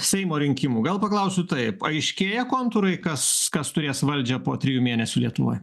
seimo rinkimų gal paklausiu taip aiškėja kontūrai kas kas turės valdžią po trijų mėnesių lietuvoj